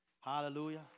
Hallelujah